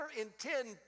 intend